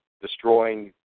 destroying